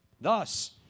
Thus